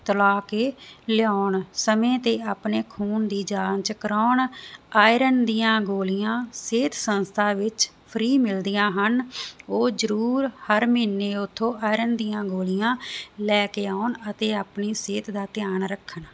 ਤਲਾ ਕੇ ਲਿਆਉਣ ਸਮੇਂ ਤੇ ਆਪਣੇ ਖੂਨ ਦੀ ਜਾਂਚ ਕਰਾਉਣ ਆਇਰਨ ਦੀਆਂ ਗੋਲੀਆਂ ਸਿਹਤ ਸੰਸਥਾ ਵਿੱਚ ਫਰੀ ਮਿਲਦੀਆਂ ਹਨ ਉਹ ਜਰੂਰ ਹਰ ਮਹੀਨੇ ਉਥੋਂ ਆਇਰਨ ਦੀਆਂ ਗੋਲੀਆਂ ਲੈ ਕੇ ਆਉਣ ਅਤੇ ਆਪਣੀ ਸਿਹਤ ਦਾ ਧਿਆਨ ਰੱਖਣਾ